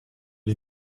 des